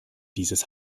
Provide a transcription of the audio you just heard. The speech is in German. dieses